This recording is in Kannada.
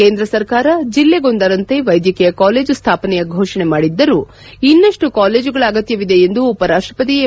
ಕೇಂದ್ರ ಸರ್ಕಾರ ಜಿಲ್ಲೆಗೊಂದರಂತೆ ವೈದ್ಯಕೀಯ ಕಾಲೇಜು ಸ್ಥಾಪನೆಯ ಘೋಷಣೆ ಮಾಡಿದ್ದರೂ ಇನ್ನಷ್ಟು ಕಾಲೇಜುಗಳ ಅಗತ್ಯವಿದೆ ಎಂದು ಉಪ ರಾಷ್ಟಪತಿ ಎಂ